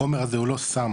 החומר הזה הוא לא סם,